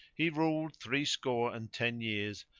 he ruled three score and ten years,